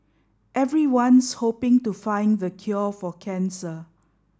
everyone's hoping to find the cure for cancer